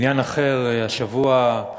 בעניין אחר, השבוע,